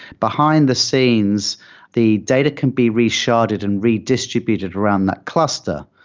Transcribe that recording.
behind-the-scenes, the data can be resharded and redistributed around that cluster.